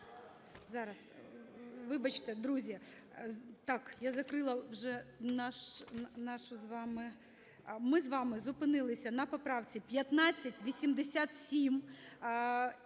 Зараз. Вибачте, друзі. Так, я закрила вже нашу з вами… Ми з вами зупинилися на поправці 1587.